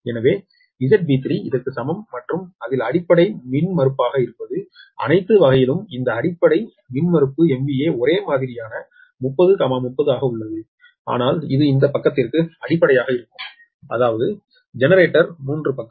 எனவே ZB3 இதற்க்கு சமம் மற்றும் அதில் அடிப்படை மின்மறுப்பாக இருப்பது அனைத்து வகையிலும் இந்த அடிப்படை மின்மறுப்பு MVA ஒரே மாதிரியான 30 30 ஆக உள்ளது ஆனால் இது இந்த பக்கத்திற்கு அடிப்படையாக இருக்கும் அதாவது ஜெனரேட்டர் 3 பக்கம்